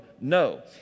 No